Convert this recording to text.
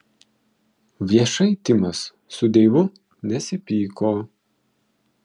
viešai timas su deivu nesipyko